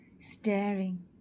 staring